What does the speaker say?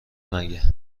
مگه